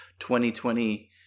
2020